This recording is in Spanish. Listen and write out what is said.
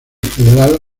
federal